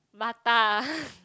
Bata